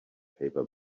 paper